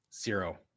Zero